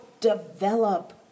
develop